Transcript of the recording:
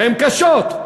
והן קשות,